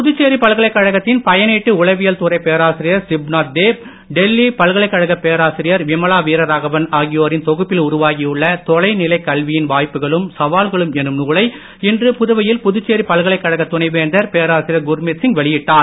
புதுச்சேரி பல்கலைக்கழகத்தின் பயனீட்டு உளவியல் துறை பேராசிரியர் சிப்நாத் தேப் டெல்லி பல்கலைக்கழகப் பேராசிரியர் விமலா வீரராகவன் ஆகியோரின் தொகுப்பில் உருவாகியுள்ள தொலைநிலைக் கல்வியின் வாய்ப்புகளும் சவால்களும் என்னும் நூலை இன்று புதுவையில் புதுச்சேரி பல்கலைக்கழக துணைவேந்தர் பேராசிரியர் குர்மீத் சிங் வெளியிட்டார்